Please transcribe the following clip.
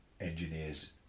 engineers